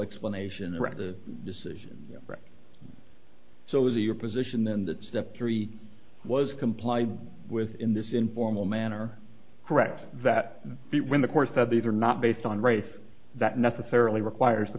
explanation right decision so is it your position then that step three was complied with in this informal manner correct that when the course that these are not based on race that necessarily requires the